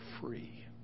free